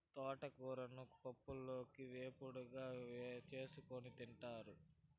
తోటకూరను పప్పులోకి, ఏపుడుగా చేసుకోని తింటారు